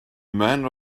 men